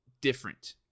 different